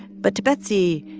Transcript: but to betsy,